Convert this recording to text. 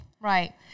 Right